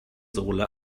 sohle